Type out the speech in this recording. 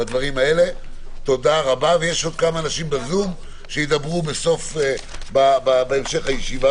יש עוד כמה אנשים בזום שידברו בהמשך הישיבה,